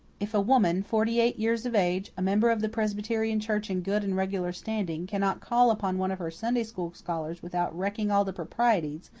if a woman, forty-eight years of age, a member of the presbyterian church in good and regular standing, cannot call upon one of her sunday school scholars without wrecking all the proprieties,